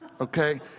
okay